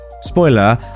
spoiler